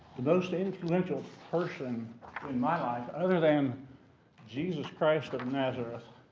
the most influential person in my life, other than jesus christ of nazareth,